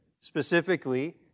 specifically